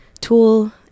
Tool